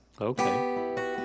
Okay